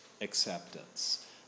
acceptance